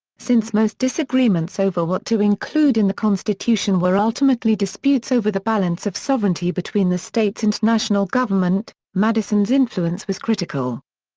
since most disagreements over what to include in the constitution were ultimately disputes over the balance of sovereignty between the states and national government, madison's influence was critical.